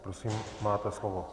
Prosím, máte slovo.